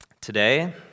Today